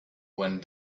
when